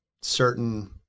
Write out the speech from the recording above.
certain